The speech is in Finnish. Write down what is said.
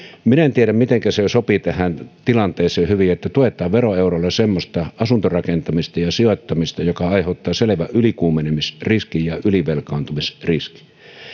minä en tiedä mitenkä hyvin se sopii tähän tilanteeseen että tuetaan veroeuroilla semmoista asuntorakentamista ja sijoittamista joka aiheuttaa selvän ylikuumenemisriskin ja ylivelkaantumisriskin